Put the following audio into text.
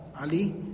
Ali